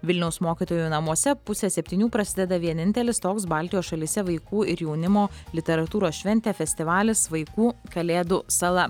vilniaus mokytojų namuose pusę septynių prasideda vienintelis toks baltijos šalyse vaikų ir jaunimo literatūros šventė festivalis vaikų kalėdų sala